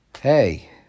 hey